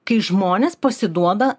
kai žmonės pasiduoda